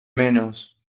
menos